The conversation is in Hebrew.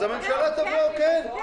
אז הממשלה תבוא, כן.